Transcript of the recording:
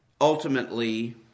ultimately